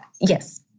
yes